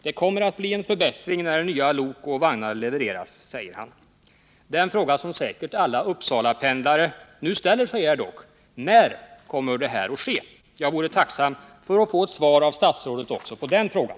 Det kommer att bli en förbättring när nya lok och vagnar levereras, säger han. Den fråga som säkert alla Uppsalapendlare nu ställer sig är dock: När kommer detta att ske? Jag vore tacksam för att få svar av statsrådet också på den frågan!